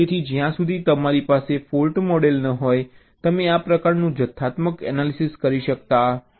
તેથી જ્યાં સુધી તમારી પાસે ફૉલ્ટ મોડેલ ન હોય તમે આ પ્રકારનું જથ્થાત્મક એનાલિસિસ કરી શકતા નથી